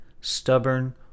stubborn